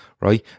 Right